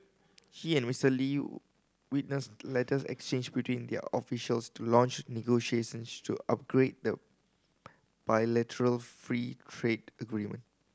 he and Mister Lee witnessed letters exchanged between their officials to launch negotiations to upgrade the bilateral free trade agreement